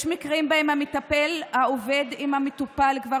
יש מקרים שבהם המטפל עובד עם מטופל כבר